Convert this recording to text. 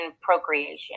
procreation